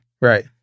Right